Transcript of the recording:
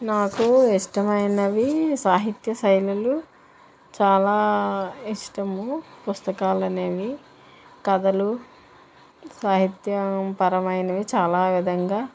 నాకు ఇష్టమైనవీ సాహిత్య శైలులు చాలా ఇష్టము పుస్తకాలు అనేవి కథలు సాహిత్య పరమైనవి చాలా విధంగా